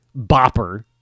bopper